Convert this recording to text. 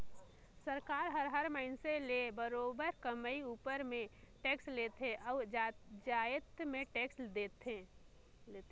सरकार हर मइनसे ले बरोबेर कमई उपर में टेक्स लेथे अउ जाएत में टेक्स लेथे